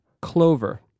Clover